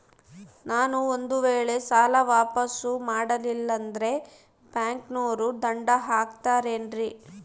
ನಾನು ಒಂದು ವೇಳೆ ಸಾಲ ವಾಪಾಸ್ಸು ಮಾಡಲಿಲ್ಲಂದ್ರೆ ಬ್ಯಾಂಕನೋರು ದಂಡ ಹಾಕತ್ತಾರೇನ್ರಿ?